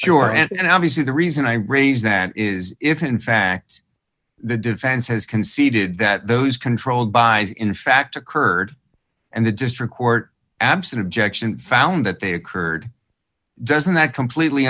sure and obviously the reason i raise that is if in fact the defense has conceded that those controlled by is in fact occurred and the district court absent objection found that they occurred doesn't that completely